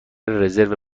رزرو